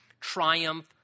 triumph